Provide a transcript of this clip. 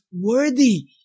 worthy